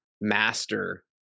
master